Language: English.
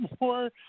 more